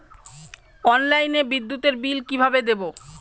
অনলাইনে বিদ্যুতের বিল কিভাবে দেব?